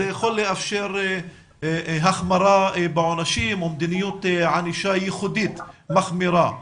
זה יכול לאפשר החמרה בעונשים או מדיניות ענישה ייחודית מחמירה.